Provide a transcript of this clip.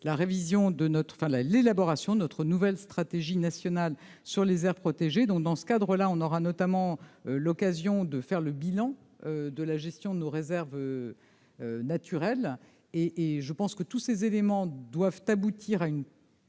la révision de notre enfin la l'élaboration de notre nouvelle stratégie nationale sur les aires protégées, donc dans ce cadre-là, on aura notamment l'occasion de faire le bilan de la gestion nous réserve naturelle et et je pense que tous ces éléments doivent aboutir à une.